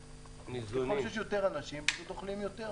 ככל שיש יותר אנשים, אוכלים יותר.